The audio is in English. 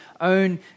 own